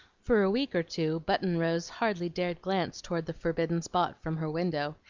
for a week or two, button-rose hardly dared glance toward the forbidden spot from her window,